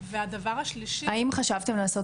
והדבר השלישי --- האם חשבתם לעשות